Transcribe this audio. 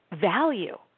value